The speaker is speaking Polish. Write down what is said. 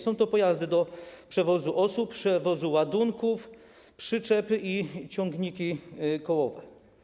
Są to pojazdy do przewozu osób, przewozu ładunków, przyczepy i ciągniki kołowe.